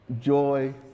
Joy